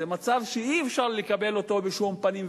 זה מצב שאי-אפשר לקבל אותו בשום פנים ואופן,